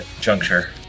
juncture